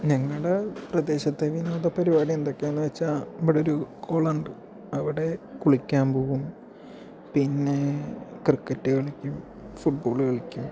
ഞങ്ങളുടെ പ്രദേശത്തെ വിനോദപരിപാടി എന്തൊക്കെയാണെന്ന് വെച്ചാൽ ഇവിടൊരു കുളം ഉണ്ട് അവിടെ കുളിക്കാൻ പോകും പിന്നെ ക്രിക്കറ്റ് കളിക്കും ഫുട്ബോൾ കളിക്കും